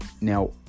Now